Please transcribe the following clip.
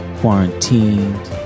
quarantined